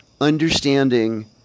understanding